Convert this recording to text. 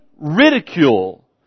ridicule